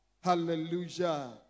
Hallelujah